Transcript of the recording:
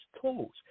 tools